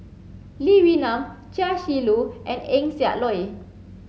Lee Wee Nam Chia Shi Lu and Eng Siak Loy